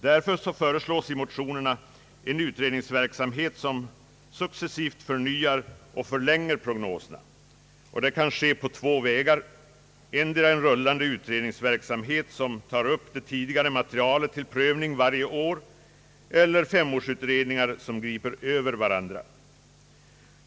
Därför föreslås i motionerna en utredningsverksamhet som successivt förnyar och förlänger prognoserna. Detta kan ske på två vägar — endera en rullande utredningsverksamhet som tar upp det tidigare materialet till prövning varje år eller femårsutredningar som griper över varandra.